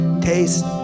taste